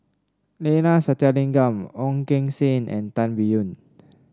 Neila Sathyalingam Ong Keng Sen and Tan Biyun